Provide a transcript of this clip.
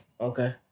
Okay